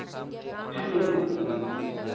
जी ma'am